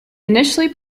initially